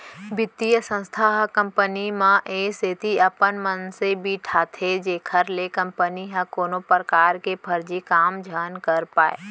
बित्तीय संस्था ह कंपनी म ए सेती अपन मनसे बइठाथे जेखर ले कंपनी ह कोनो परकार के फरजी काम झन कर पाय